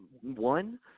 one